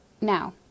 Now